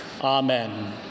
Amen